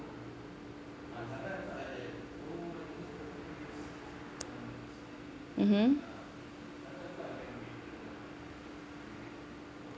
mmhmm